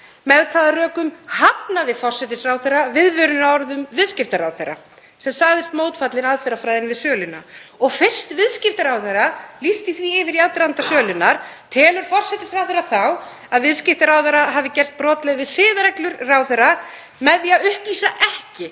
Með hvaða rökum hafnaði forsætisráðherra viðvörunarorðum viðskiptaráðherra sem sagðist mótfallin aðferðafræðinni við söluna? Og fyrst viðskiptaráðherra lýsti því yfir í aðdraganda sölunnar, telur forsætisráðherra þá að viðskiptaráðherra hafi gerst brotlegur við siðareglur ráðherra með því að upplýsa